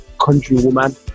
countrywoman